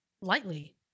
lightly